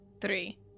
Three